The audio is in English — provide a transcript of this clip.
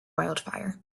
wildfire